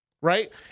right